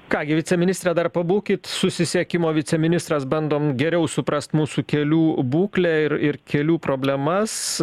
ką gi viceministre dar pabūkit susisiekimo viceministras bandom geriau suprast mūsų kelių būklę ir ir kelių problemas